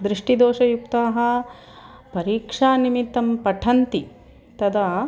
दृष्टिदोषयुक्ताः परीक्षानिमित्तं पठन्ति तदा